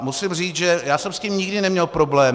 Musím říct, že já jsem s tím nikdy neměl problém.